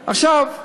עכשיו,